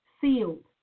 sealed